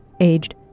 aged